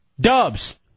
Dubs